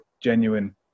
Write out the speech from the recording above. genuine